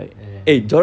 and